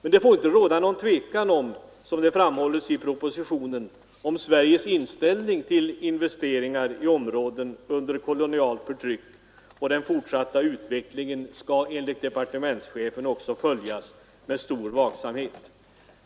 Men det får inte råda något tvivel, som det framhålls i propositionen, om Sveriges inställning till investeringar i områden under kolonialt förtryck, och den fortsatta utvecklingen skall enligt departementschefen också följas med stor vaksamhet.